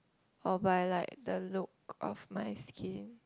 or but I like the look of my skin